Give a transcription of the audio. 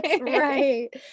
right